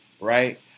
Right